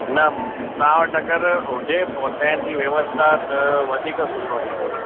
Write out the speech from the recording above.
न तव्हां वटि अगरि हुजे पहुचाइण जी व्यवस्था त वधीक सुठो थींदो